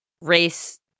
Race